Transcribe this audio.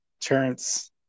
Terrence